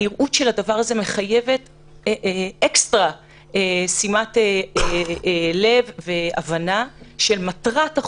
הנראות של הדבר הזה מחייבת אקסטרה שימת לב והבנה של מטרת החוק,